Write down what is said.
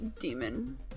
demon